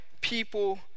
people